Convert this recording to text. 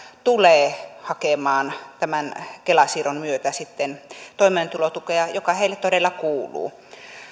tulee hakemaan tämän kela siirron myötä sitten toimeentulotukea joka heille todella kuuluu